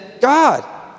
God